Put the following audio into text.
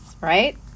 Right